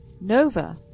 Nova